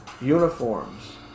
uniforms